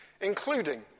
including